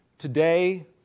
Today